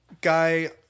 guy